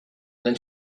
then